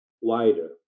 wider